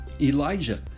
Elijah